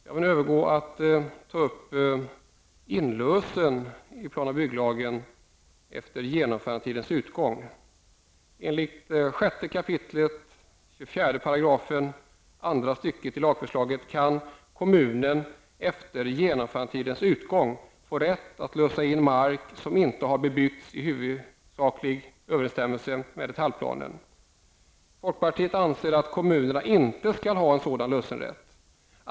Jag vill nu ta upp PBLs inlösen efter genomförandetidens utgång. Folkpartiet anser att kommunerna inte skall ha en sådan lösenrätt.